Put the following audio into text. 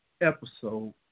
episode